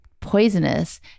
poisonous